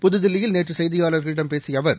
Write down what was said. புதுதில்லியில் நேற்று செய்தியாளர்களிடம் பேசிய அவர்